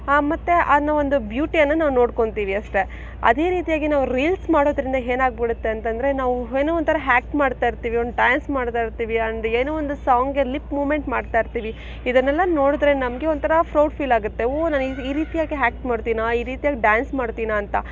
ಮತ್ತೆ ಅನ್ನೋ ಒಂದು ಬ್ಯೂಟಿಯನ್ನ ನಾವು ನೋಡ್ಕಂತೀವಿ ಅಷ್ಟೆ ಅದೇ ರೀತಿಯಾಗಿ ನಾವು ರೀಲ್ಸ್ ಮಾಡೋದ್ರಿಂದ ಏನಾಗ್ಬಿಡತ್ತೆ ಅಂತಂದರೆ ನಾವು ಏನೋ ಒಂಥರ ಹ್ಯಾಕ್ ಮಾಡ್ತ ಇರ್ತೀವಿ ಒಂದು ಡ್ಯಾನ್ಸ್ ಮಾಡ್ತ ಇರ್ತೀವಿ ಆ್ಯಂಡ್ ಏನೋ ಒಂದು ಸಾಂಗ ಲಿಪ್ ಮೂಮೆಂಟ್ ಮಾಡ್ತ ಇರ್ತೀವಿ ಇದನ್ನೆಲ್ಲ ನೋಡಿದರೆ ನಮಗೆ ಒಂಥರ ಫ್ರೌಡ್ ಫೀಲ್ ಆಗತ್ತೆ ಓ ನಾನು ಈ ರೀತಿಯಾಗಿ ಆಕ್ಟ್ ಮಾಡ್ತೀನಾ ಈ ರೀತಿಯಾಗಿ ಡ್ಯಾನ್ಸ್ ಮಾಡ್ತೀನಾ ಅಂತ